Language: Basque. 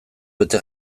bete